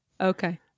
okay